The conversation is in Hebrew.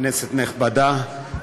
כנסת נכבדה,